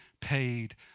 paid